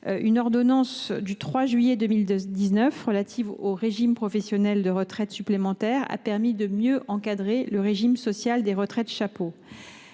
une ordonnance du 3 juillet 2019 relative aux régimes professionnels de retraite supplémentaire a permis de mieux encadrer le régime social des retraites chapeaux.